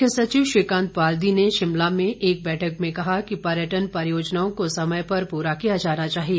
मुख्य सचिव श्रीकांत बाल्दी ने शिमला में एक बैठक में कहा कि पर्यटन परियोजनाओं को समय पर पूरा किया जाना चाहिए